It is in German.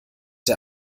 der